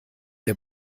der